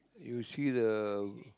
you see the